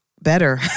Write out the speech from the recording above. better